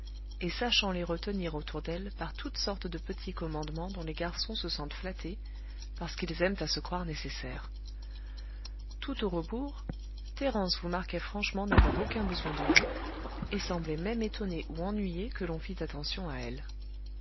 et sachant les retenir autour d'elle par toutes sortes de petits commandements dont les garçons se sentent flattés parce qu'ils aiment à se croire nécessaires tout au rebours thérence vous marquait franchement n'avoir aucun besoin de vous et semblait même étonnée ou ennuyée que l'on fît attention à elle